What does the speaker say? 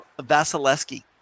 Vasilevsky